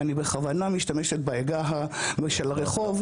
אני בכוונה משתמשת בעגה של הרחוב.